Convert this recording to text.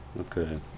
Okay